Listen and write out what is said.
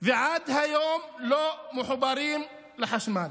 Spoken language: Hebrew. ועד היום לא מחוברים לחשמל,